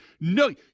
no